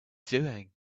doing